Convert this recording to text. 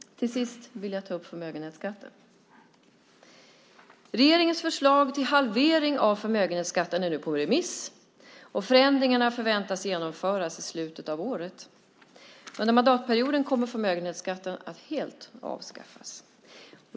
Till sist vill jag ta upp förmögenhetsskatten. Regeringens förslag till halvering av förmögenhetsskatten är nu ute på remiss, och förändringarna förväntas genomföras i slutet av året. Under mandatperioden kommer förmögenhetsskatten att helt avskaffas.